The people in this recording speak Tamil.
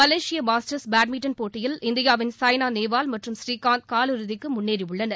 மலேசிய மாஸ்டர்ஸ் பேட்மிண்டன் போட்டியில் இந்தியாவின் சாய்னா நேவால் மற்றும் ஸ்ரீகாந்த் கால் இறுதிக்கு முன்னேறியுள்ளனர்